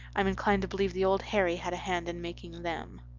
i'm inclined to believe the old harry had a hand in making them.